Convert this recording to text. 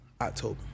October